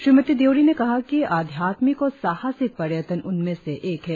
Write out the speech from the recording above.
श्रीमती देवरी ने कहा कि आध्यात्मिक और साहसिक पर्यटन उनमें से एक है